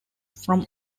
form